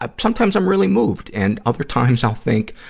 ah sometimes i'm really moved. and other times, i'll think,